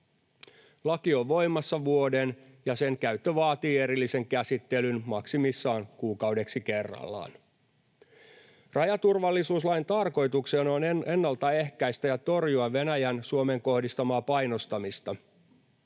Laki on voimassa vuoden, ja sen käyttö vaatii erillisen käsittelyn maksimissaan kuukaudeksi kerrallaan. Rajaturvallisuuslain tarkoituksena on ennaltaehkäistä ja torjua Venäjän Suomeen kohdistamaa painostamista.